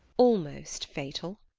almost fatal.